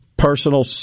personal